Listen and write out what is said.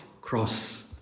cross